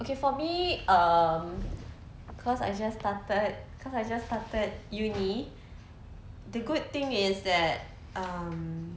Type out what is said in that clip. okay for me um cause I just started cause I just started uni~ the good thing is that um